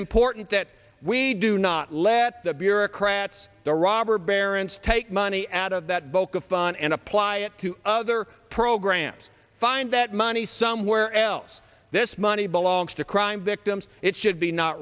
important that we do not let the bureaucrats the robber barons take money out of that bulk of fun and apply it to other programs find that money somewhere else this money belongs to crime victims it should be not